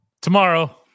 Tomorrow